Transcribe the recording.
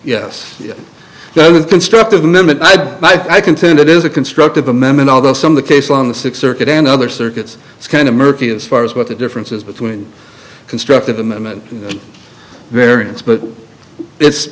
yes yes that was constructive niman i'd i contend it is a constructive amendment although some of the case on the six circuit and other circuits it's kind of murky as far as what the differences between constructive amendment variance but it's